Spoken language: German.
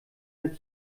der